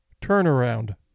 turnaround